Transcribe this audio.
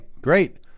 great